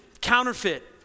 counterfeit